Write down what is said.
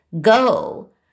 go